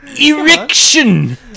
erection